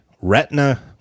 retina